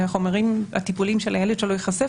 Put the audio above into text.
שהחומרים הטיפוליים של הילד שלו ייחשפו,